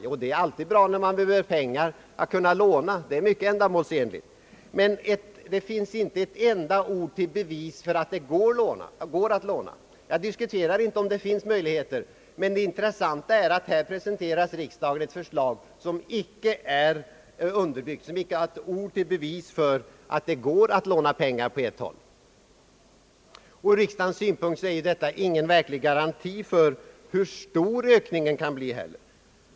Ja, det är alltid ändamålsenligt att kunna låna när man behöver pengar. Det finns dock inte ett ord till bevis för att det går att låna. Det intressanta är att riksdagen här presenteras ett förslag som icke är underbyggt, d. v. s. icke med ett ord bevisar att det finns lånemöjligheter. Ur riksdagens synpunkt är detta ingen verklig garanti för hur stor ökningen av u-landshjälpen på sikt kan bli.